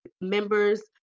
members